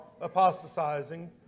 apostatizing